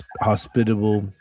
hospitable